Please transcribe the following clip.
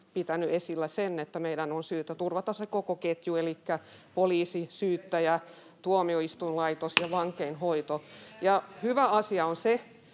pitänyt esillä sitä, että meidän on syytä turvata se koko ketju, elikkä poliisi, syyttäjä, tuomioistuinlaitos [Mauri Peltokangas: Miksei